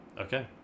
Okay